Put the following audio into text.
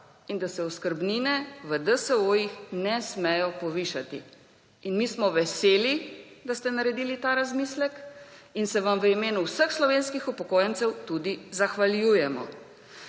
in da se oskrbnine v DSO-jih ne smejo povišati. In mi smo veseli, da ste naredili ta razmislek in se vam v imenu vseh slovenskih upokojencev tudi zahvaljujemo.